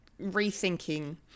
rethinking